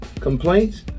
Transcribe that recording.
complaints